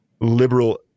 liberal